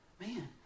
Man